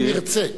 אם ירצה.